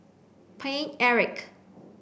Paine Eric